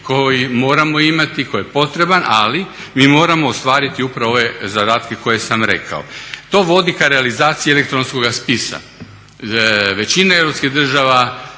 koji moramo imati, koji je potreban. Ali mi moramo ostvariti upravo ove zadatke koje sam rekao. To vodi ka realizaciji elektronskoga spisa. Većina europskih država